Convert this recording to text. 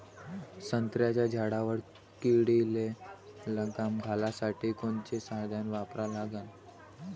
संत्र्याच्या झाडावर किडीले लगाम घालासाठी कोनचे साधनं वापरा लागन?